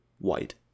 white